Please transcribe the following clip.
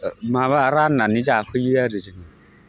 माबा राननानै जाफैयो आरो जोङो